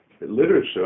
literature